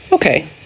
Okay